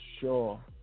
sure